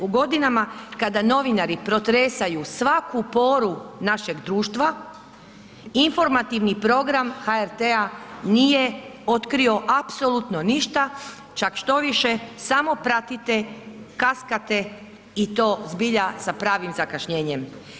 U godinama kada novinari protresaju svaku poru našeg društva informativni program HRT-a nije otkrio apsolutno ništa, čak štoviše samo pratite, kaskate i to zbilja sa pravim zakašnjenjem.